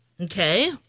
Okay